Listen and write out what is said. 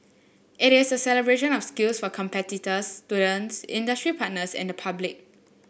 it is a celebration of skills for competitors students industry partners and the public